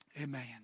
amen